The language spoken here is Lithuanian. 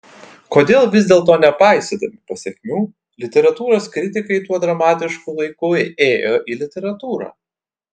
kodėl vis dėlto nepaisydami pasekmių literatūros kritikai tuo dramatišku laiku ėjo į literatūrą